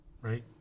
right